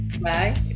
Bye